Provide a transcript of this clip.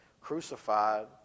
crucified